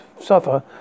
suffer